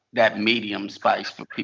that medium spice for